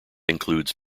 includes